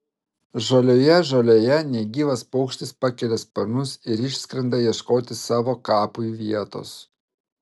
žalioje žolėje negyvas paukštis pakelia sparnus ir išskrenda ieškoti savo kapui vietos